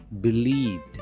believed